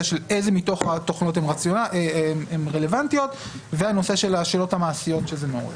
מהן התוכנית הרלוונטיות ומספר שאלות מעשיות שעולות.